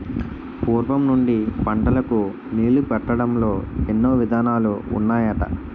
పూర్వం నుండి పంటలకు నీళ్ళు పెట్టడంలో ఎన్నో విధానాలు ఉన్నాయట